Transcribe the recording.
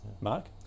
mark